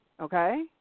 okay